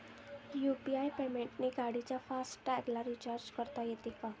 UPI पेमेंटने गाडीच्या fast टॅगला रिर्चाज करता येते का?